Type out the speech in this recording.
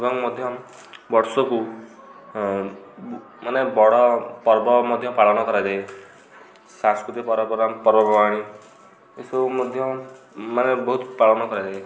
ଏବଂ ମଧ୍ୟ ବର୍ଷକୁ ମାନେ ବଡ଼ ପର୍ବ ମଧ୍ୟ ପାଳନ କରାଯାଏ ସାଂସ୍କୃତିକ ପରମ୍ପରା ପର୍ବପର୍ବାଣି ଏସବୁ ମଧ୍ୟ ମାନେ ବହୁତ ପାଳନ କରାଯାଏ